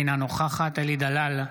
אינה נוכחת אלי דלל,